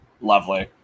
lovely